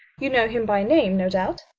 you know him by name, no doubt?